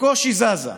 בקושי זזה,